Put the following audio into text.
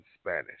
Spanish